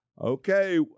Okay